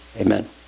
Amen